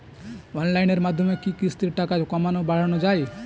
অনলাইনের মাধ্যমে কি কিস্তির টাকা কমানো বাড়ানো যায়?